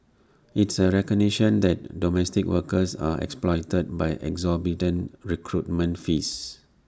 it's A recognition that domestic workers are exploited by exorbitant recruitment fees